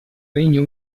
regno